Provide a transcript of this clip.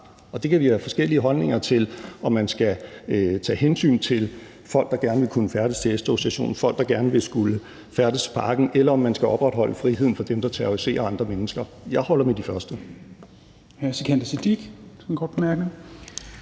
og det kan vi have forskellige holdninger til, altså om man skal tage hensyn til folk, der gerne vil kunne færdes ved S-togsstationen, folk, der gerne vil kunne færdes i parken, eller om man skal opretholde friheden for dem, der terroriserer andre mennesker. Jeg holder med de første.